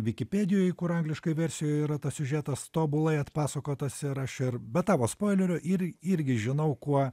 vikipedijoj kur angliškoj versijoj yra tas siužetas tobulai atpasakotas ir aš ir be tavo spoilerio ir irgi žinau kuo